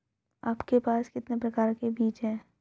आपके पास कितने प्रकार के बीज हैं?